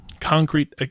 Concrete